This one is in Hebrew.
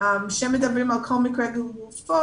כאשר מדברים על כל מקרה לגופו.